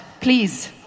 please